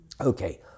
Okay